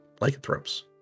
lycanthropes